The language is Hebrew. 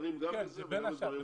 דנים גם בזה וגם בדברים אחרים.